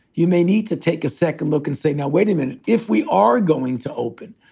you may need to take a second look and say, now, wait a minute, if we are going to open,